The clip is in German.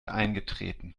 eingetreten